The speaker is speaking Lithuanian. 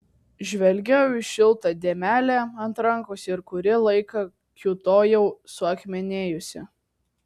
žvelgiau į šiltą dėmelę ant rankos ir kurį laiką kiūtojau suakmenėjusi